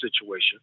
situation